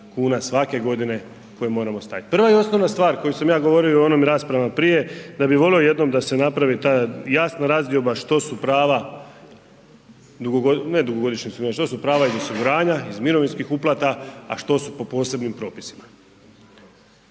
kuna svake godine koje moramo staviti. Prva i osnovna stvar koju sam ja govorio u onim raspravama prije da bi volio jednom da se napravi ta jasna razdioba što su prava iz osiguranja, iz mirovinskih uplata, a što su po posebnim propisima.